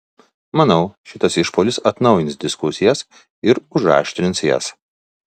manau šitas išpuolis atnaujins diskusijas ir užaštrins jas